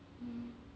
mm